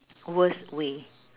worst way